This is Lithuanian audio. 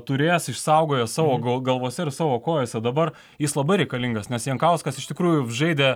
turės išsaugoję savo gal galvose ir savo kojose dabar jis labai reikalingas nes jankauskas iš tikrųjų žaidė